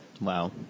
Wow